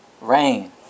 rain